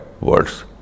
words